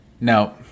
No